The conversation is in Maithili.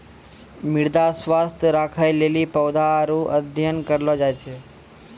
मृदा स्वास्थ्य राखै लेली पौधा रो अध्ययन करलो जाय छै